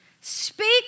Speak